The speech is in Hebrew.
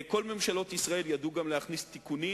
כל ממשלות ישראל ידעו גם להכניס תיקונים